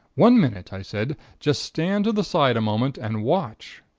one minute, i said. just stand to the side a moment, and watch.